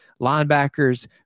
linebackers